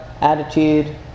attitude